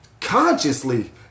consciously